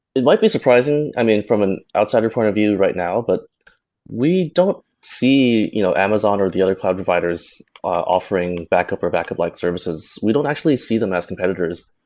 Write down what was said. it might be surprising from an outsider point of view right now, but we don't see you know amazon or the other cloud providers offering backup or backup-like services. we don't actually see them as competitors.